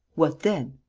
what then?